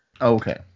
Okay